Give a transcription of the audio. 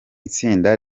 itsinda